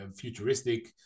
futuristic